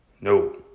No